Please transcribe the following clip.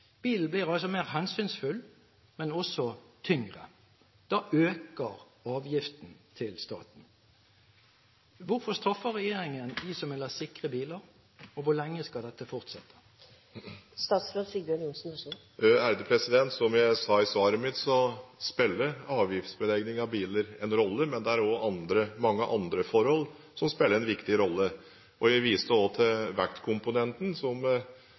Bilen blir altså mer «hensynsfull», men også tyngre. Da øker avgiften til staten. Hvorfor straffer regjeringen dem som vil ha sikre biler, og hvor lenge skal dette fortsette? Som jeg sa i svaret mitt, spiller avgiftsbeleggingen av biler en rolle, men det er også mange andre forhold som spiller en viktig rolle. Jeg viste også til vektkomponenten, som